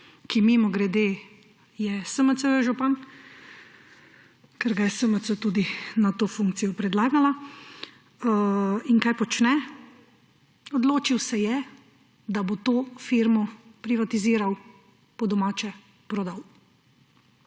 je mimogrede SMC-jev župan, ker ga je SMC tudi na to funkcijo predlagala. In kaj počne? Odločil se je, da bo to firmo privatiziral, po domače prodal.